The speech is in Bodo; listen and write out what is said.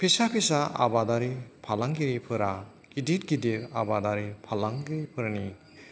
फिसा फिसा आबादारि फालांगिरिफोरा गिदिर गिदिर आबादारि फालांगिरिफोरनि